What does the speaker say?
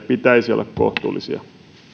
pitäisi olla kohtuullisia